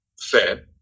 fair